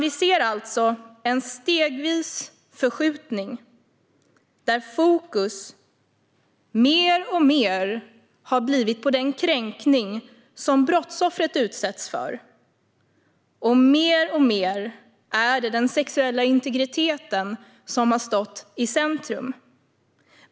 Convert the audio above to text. Vi ser alltså en stegvis förskjutning där fokus mer och mer ligger på den kränkning som brottsoffret utsätts för. Mer och mer blir det den sexuella integriteten som står i centrum.